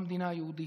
במדינה היהודית.